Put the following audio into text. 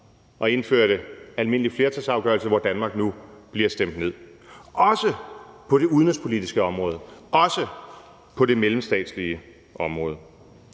og indførte almindelige flertalsafgørelser, hvor Danmark nu bliver stemt ned, også på det udenrigspolitiske område, også på det mellemstatslige område.